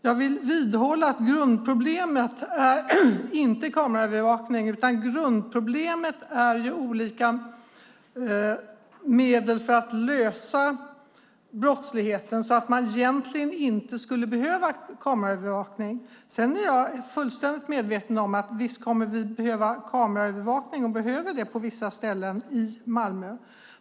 Jag vill vidhålla att grundproblemet inte är kameraövervakning. Grundproblemet är att det behövs olika medel för att lösa brottsligheten så att man egentligen inte skulle behöva kameraövervakning. Jag är fullständigt medveten om att vi behöver kameraövervakning och kommer att behöva det på vissa ställen i Malmö.